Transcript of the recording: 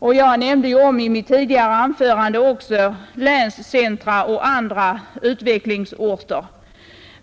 Jag nämnde i mitt tidigare anförande också länscentra och andra utvecklingsorter.